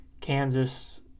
Kansas